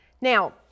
Now